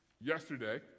Yesterday